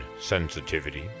sensitivity